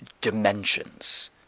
dimensions